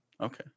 Okay